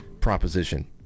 proposition